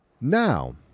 Now